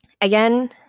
again